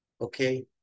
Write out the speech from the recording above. Okay